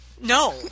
No